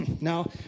now